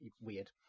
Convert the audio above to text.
weird